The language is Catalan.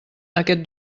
aquest